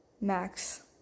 Max